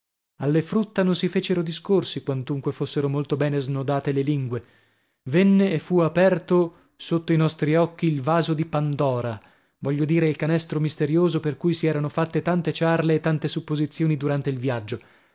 alle frutta non si fecero discorsi quantunque fossero molto bene snodate le lingue venne e fu aperto sotto i nostri occhi il vaso di pandora voglio dire il canestro misterioso per cui si erano fatte tante ciarle e tante supposizioni durante il viaggio